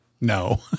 No